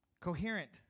coherent